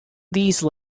these